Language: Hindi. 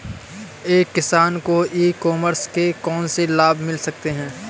एक किसान को ई कॉमर्स के कौनसे लाभ मिल सकते हैं?